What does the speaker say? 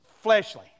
fleshly